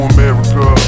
America